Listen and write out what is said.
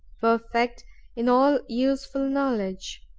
perfect in all useful knowledge.